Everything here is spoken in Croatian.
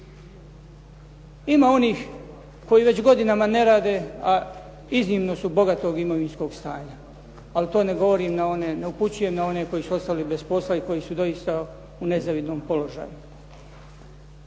Ima onih koji već godinama ne rade a iznimno su bogatog imovinskog stanja, ali to ne upućujem na one koji su ostali bez posla i koji su doista u nezavidnom položaju.